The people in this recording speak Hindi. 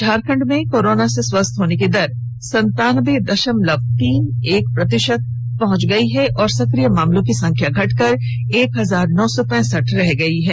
झारखंड में कोरोना से स्वस्थ होने की दर बढ़कर संतानबे दशमलव इकतीस प्रतिशत पहुंच गई है और सक्रिय मामलों की संख्या घटकर एक हजार नौ सौ पैंसठ रह गई है